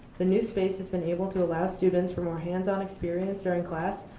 the new space has been able to allow students for more hands on experience during class,